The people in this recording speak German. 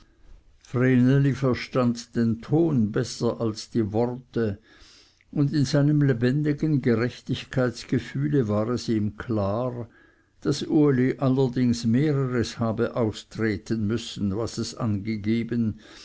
vreneli verstand den ton besser als die worte und in seinem lebendigen gerechtigkeitsgefühle war es ihm klar daß uli allerdings mehreres habe austreten müssen was es angegeben